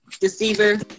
deceiver